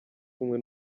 kumwe